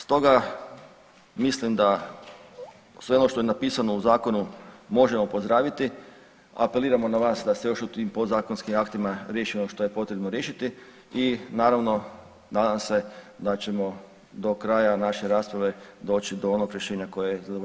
Stoga mislim da sve ono što je napisano u zakonu možemo pozdraviti, apeliramo na vas da se još tim podzakonskim aktima riješi ono što je potrebno riješiti i naravno nadam se da ćemo do kraja naše rasprave doći do onog rješenja koje … [[Govornik se ne razumije]] sve nas.